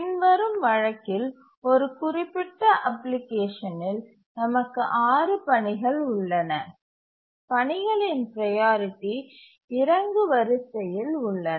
பின்வரும் வழக்கில் ஒரு குறிப்பிட்ட அப்ளிகேஷனில் நமக்கு 6 பணிகள் உள்ளன பணிகளின் ப்ரையாரிட்டி இறங்கு வரிசையில் உள்ளன